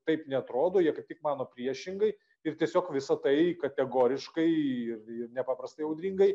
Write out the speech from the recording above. taip neatrodo jie kaip tik mano priešingai ir tiesiog visa tai kategoriškai ir ir nepaprastai audringai